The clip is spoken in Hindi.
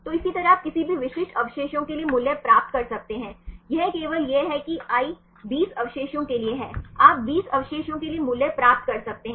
तो इसी तरह आप किसी भी विशिष्ट अवशेषों के लिए मूल्य प्राप्त कर सकते हैं यह केवल यह है कि i 20 अवशेषों के लिए है आप 20 अवशेषों के लिए मूल्य प्राप्त कर सकते हैं